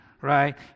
right